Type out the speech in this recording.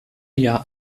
jahr